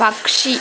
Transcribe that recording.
പക്ഷി